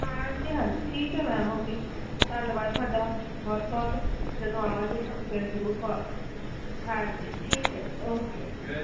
ਹਾਂਜੀ ਹਾਂਜੀ ਠੀਕ ਹੈ ਮੈਮ ਓਕੇ ਧੰਨਵਾਦ ਤੁਹਾਡਾ ਬਹੁਤ ਬਹੁਤ ਜਦੋਂ ਆਵਾਂਗੇ ਤੁਹਾਨੂੰ ਫਿਰ ਜ਼ਰੂਰ ਕਾਲ ਹਾਂਜੀ ਠੀਕ ਹੈ ਜੀ ਓਕੇ